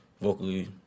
vocally